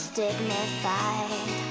dignified